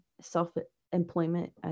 self-employment